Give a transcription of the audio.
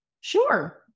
Sure